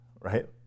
right